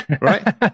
right